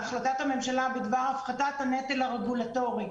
החלטת הממשלה בעניין הפחתת הנטל הרגולטורי.